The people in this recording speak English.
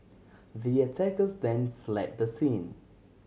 the attackers then fled the scene